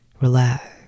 Relax